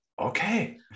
okay